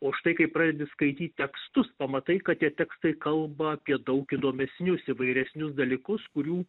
o štai kai pradedi skaityt tekstus pamatai kad tie tekstai kalba apie daug įdomesnius įvairesnius dalykus kurių